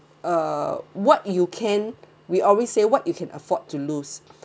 uh what you can we always say what you can afford to lose